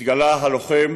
התגלה הלוחם